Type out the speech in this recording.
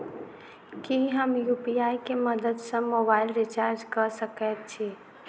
की हम यु.पी.आई केँ मदद सँ मोबाइल रीचार्ज कऽ सकैत छी?